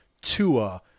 Tua